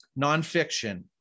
nonfiction